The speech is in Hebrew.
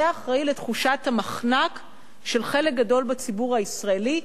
זה אחראי לתחושת מחנק של חלק גדול בציבור הישראלי,